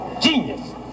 genius